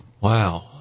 Wow